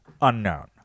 Unknown